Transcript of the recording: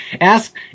Ask